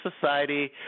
society